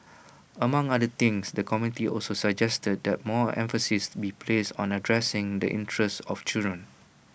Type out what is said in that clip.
among other things the committee also suggested that more emphasis be placed on addressing the interests of children